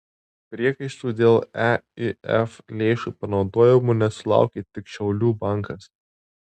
priekaištų dėl eif lėšų panaudojimo nesulaukė tik šiaulių bankas